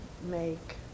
make